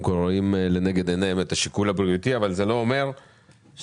כל רואים לנגד עיניהם את השיקול הבריאותי אבל זה לא אומר שאנחנו